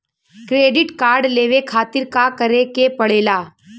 Credit card लेवे खातिर का करे के पड़ेला?